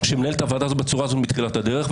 שמנהל את הוועדה הזאת בצורה הזאת מתחילת הדרך,